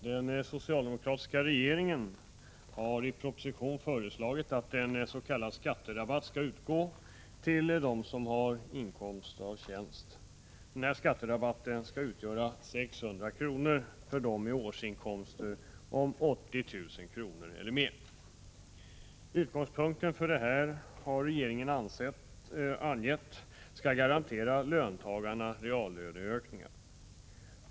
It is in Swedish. Herr talman! Den socialdemokratiska regeringen har i proposition föreslagit att en s.k. skatterabatt skall utgå till dem som har inkomst av tjänst. Den skatterabatten skall utgöra 600 kr. för dem med årsinkomster om 80 000 kr. och mera. Utgångspunkten för det här anger regeringen vara att garantera löntagarna reallöneökningar.